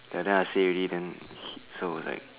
ya then I say already sir was like